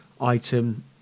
item